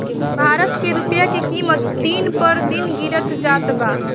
भारत के रूपया के किमत दिन पर दिन गिरत जात बा